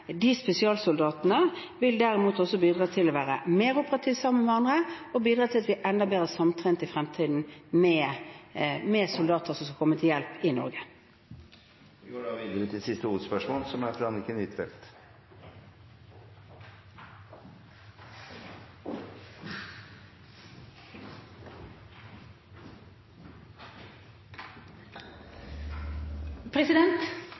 De spesialsoldatene vil derimot også bidra til å være mer operative sammen med andre og bidra til at vi er enda bedre samtrente i fremtiden med soldater som kommer til hjelp i Norge. Vi går videre til siste hovedspørsmål.